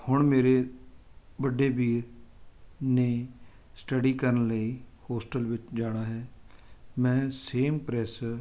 ਹੁਣ ਮੇਰੇ ਵੱਡੇ ਵੀਰ ਨੇ ਸਟੱਡੀ ਕਰਨ ਲਈ ਹੋਸਟਲ ਵਿੱਚ ਜਾਣਾ ਹੈ ਮੈਂ ਸੇਮ ਪ੍ਰੈੱਸ